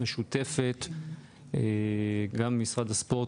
משותפת גם עם משרד הספורט,